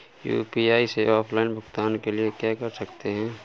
UPI से offline भुगतान के लिए क्या कर सकते हैं?